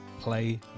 play